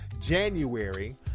January